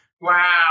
Wow